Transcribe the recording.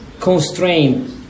constraint